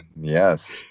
Yes